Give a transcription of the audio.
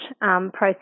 process